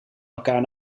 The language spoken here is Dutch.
elkaar